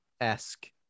Esque